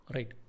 Right